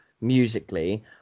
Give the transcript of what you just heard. musically